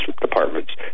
departments